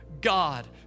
God